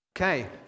Okay